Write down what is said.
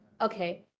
Okay